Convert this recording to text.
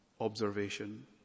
observation